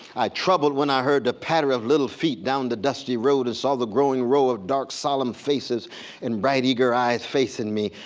i troubled when i heard the patter of little feet down the dusty road and saw the growing row of dark solemn faces and bright eager eyes facing me.